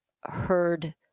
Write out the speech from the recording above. heard